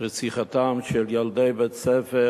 רציחתם של ילדי בית-ספר